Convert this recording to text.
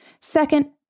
Second